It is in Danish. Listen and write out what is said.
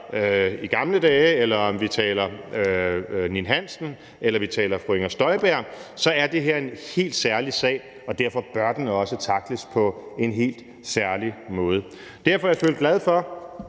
Sigurd Berg, eller vi taler om Ninn-Hansen, eller vi taler om Inger Støjberg, er det her en helt særlig sag, og derfor bør den også tackles på en helt særlig måde. Derfor er jeg selvfølgelig glad for